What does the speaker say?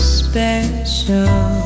special